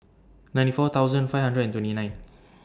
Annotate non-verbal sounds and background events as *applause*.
ninety four thousand five hundred and twenty nine *noise*